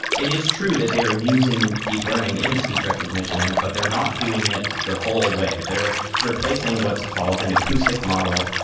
it is true that they're using deep learning in speech recognition, but they're not doing it the whole way. they're replacing what's called an acoustic model,